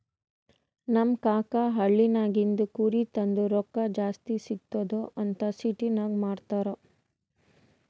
ನಮ್ ಕಾಕಾ ಹಳ್ಳಿನಾಗಿಂದ್ ಕುರಿ ತಂದು ರೊಕ್ಕಾ ಜಾಸ್ತಿ ಸಿಗ್ತುದ್ ಅಂತ್ ಸಿಟಿನಾಗ್ ಮಾರ್ತಾರ್